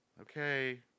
okay